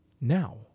now